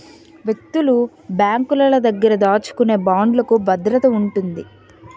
వ్యక్తులు బ్యాంకుల దగ్గర దాచుకునే బాండ్లుకు భద్రత ఉంటుంది